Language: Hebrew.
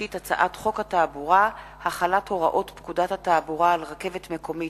הצעת חוק התעבורה (החלת הוראות פקודת התעבורה על רכבת מקומית,